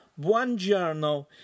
buongiorno